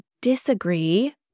disagree